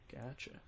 Gotcha